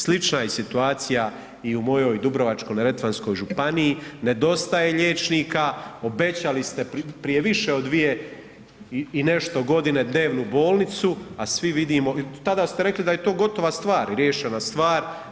Slična je situacija i u mojoj Dubrovačko-neretvanskoj županiji, nedostaje liječnika, obećali ste prije više od dvije i nešto godine dnevnu bolnicu, a svi vidimo, tada ste rekli da je to gotova stvar i riješena stvar.